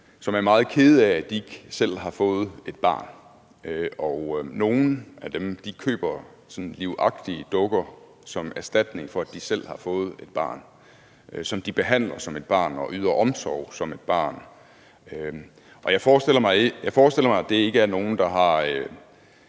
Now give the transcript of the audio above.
som er meget ked af, at de ikke selv har fået et barn, og nogle af dem køber sådanne livagtige dukker som erstatning for det barn, og de behandler dukken som et barn og yder den omsorg som for et barn. Jeg forestiller mig, at det ikke er nogen, der har